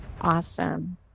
Awesome